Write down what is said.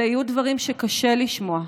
אלה יהיו דברים שקשה לשמוע,